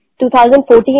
2014